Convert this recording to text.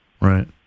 Right